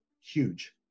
huge